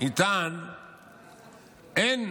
שאיתן אין